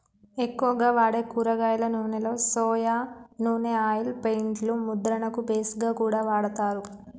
ఎక్కువగా వాడే కూరగాయల నూనెలో సొయా నూనె ఆయిల్ పెయింట్ లు ముద్రణకు బేస్ గా కూడా వాడతారు